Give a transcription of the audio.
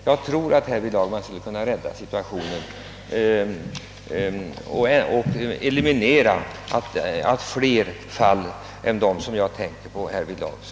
Jag tror att man därmed skulle kunna rädda situationen och förhindra att fler sådana fall inträffar.